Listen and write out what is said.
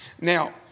Now